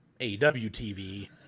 AWTV